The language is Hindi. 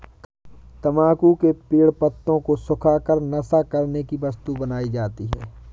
तम्बाकू के पेड़ पत्तों को सुखा कर नशा करने की वस्तु बनाई जाती है